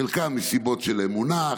חלקם מסיבות של אמונה,